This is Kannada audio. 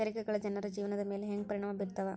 ತೆರಿಗೆಗಳ ಜನರ ಜೇವನದ ಮ್ಯಾಲೆ ಹೆಂಗ ಪರಿಣಾಮ ಬೇರ್ತವ